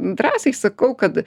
drąsiai sakau kad